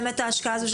ההשקעה.